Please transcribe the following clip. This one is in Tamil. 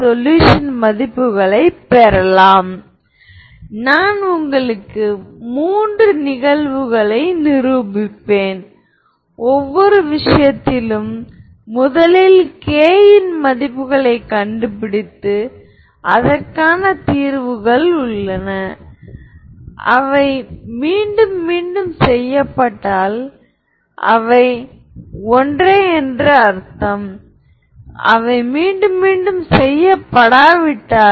சில மதிப்புகள் ஐகென் மதிப்பு என்று நீங்கள் சொன்னால் ஐகென் வெக்டார் என்று அழைக்கப்படும் பூஜ்ஜியமற்ற தீர்வு வெக்டார் உள்ளது Av λv வை திருப்தி செய்யும்